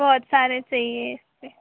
बहुत सारे चाहिए इसमें